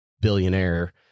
billionaire